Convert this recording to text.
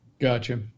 Gotcha